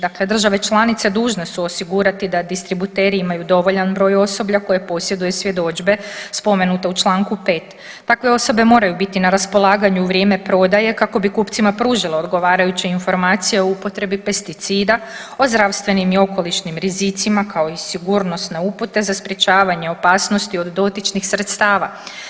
Dakle, države članice dužne su osigurati da distributeri imaju dovoljan broj osoblja koje posjeduje svjedodžbe spomenute u Članku 5. Takve osobe moraju biti na raspolaganju u vrijeme prodaje kako bi kupcima pružale odgovarajuće informacije o upotrebi pesticida, o zdravstvenim i okolišnim rizicima kao i sigurnosne upute za sprječavanje opasnosti od dotičnih sredstava.